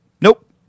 Nope